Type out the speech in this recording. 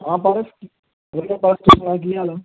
ਹਾਂ ਪਾਰਸ ਵਧੀਆ ਪਾਰਸ ਤੂੰ ਸੁਣਾ ਕੀ ਹਾਲ ਆ